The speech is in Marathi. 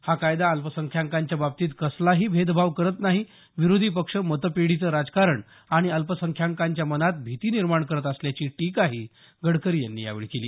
हा कायदा अल्पसंख्याकांच्या बाबतीत कसलाही भेदभाव करत नाही विरोधी पक्ष मतपेढीचं राजकारण आणि अल्पसंख्याकांच्या मनात भिती निर्माण करत असल्याची टीकाही गडकरी यांनी केली